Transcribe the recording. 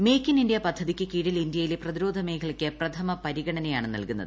make in India പദ്ധതിയ്ക്ക് കീഴിൽ ഇന്ത്യയിലെ പ്രതിരോധ മേഖലയ്ക്ക് പ്രഥമ പരിഗണനയാണ് നൽകുന്നത്